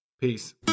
Peace